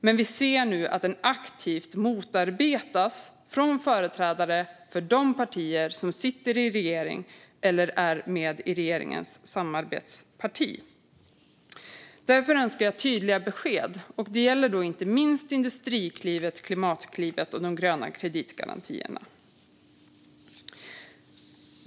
Men vi ser nu att den aktivt motarbetas av företrädare från de partier som sitter i regeringen eller är regeringens samarbetsparti. Därför önskar jag tydliga besked. Det gäller inte minst Industriklivet, Klimatklivet och de gröna kreditgarantierna.